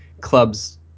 clubs